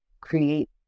create